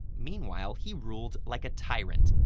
meanwhile he ruled like a tyrant,